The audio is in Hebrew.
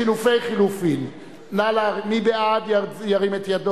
ההסתייגות לחלופין הראשונה של קבוצת סיעת קדימה